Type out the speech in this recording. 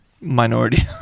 minority